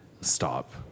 Stop